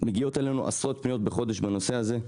מגיעות אלינו עשרות פניות בחודש בנושא הזה.